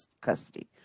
custody